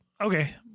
okay